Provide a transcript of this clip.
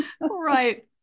Right